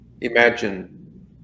Imagine